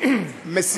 עכשיו,